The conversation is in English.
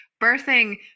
birthing